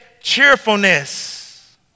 cheerfulness